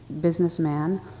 businessman